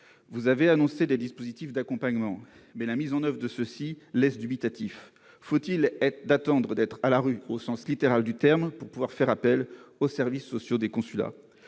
Vous avez annoncé des dispositifs d'accompagnement, mais leur mise en oeuvre laisse dubitatif. Faut-il attendre d'être à la rue, au sens littéral du terme, pour pouvoir faire appel aux services sociaux des consulats ?